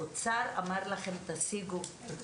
האוצר אמר להם תציגו תקציב